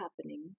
happening